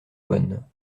bonne